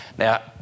Now